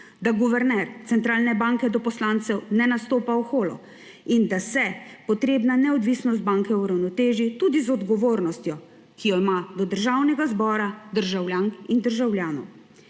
da guverner centralne banke do poslancev ne nastopa oholo in da se potrebna neodvisnost banke uravnoteži tudi z odgovornostjo, ki ima do Državnega zbora, državljank in državljanov.